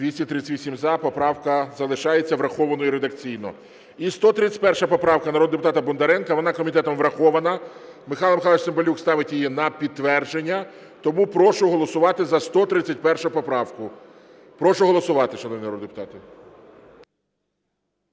За-238 Поправка залишається врахованою редакційно. І 131 поправка народного депутата Бондаренка, вона комітетом врахована, Михайло Михайлович Цимбалюк ставить її на підтвердження. Тому прошу голосувати за 131 поправку. Прошу голосувати, шановні народні депутати.